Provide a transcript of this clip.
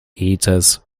eaters